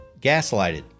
gaslighted